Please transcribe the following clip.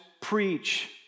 preach